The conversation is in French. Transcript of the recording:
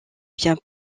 bien